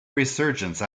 resurgence